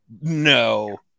No